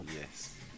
Yes